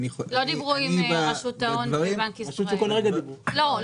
לא, עם רשות ההון הם כן דיברו.